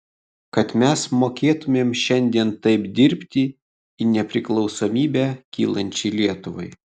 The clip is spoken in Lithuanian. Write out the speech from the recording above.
kad mes mokėtumėm šiandien taip dirbti į nepriklausomybę kylančiai lietuvai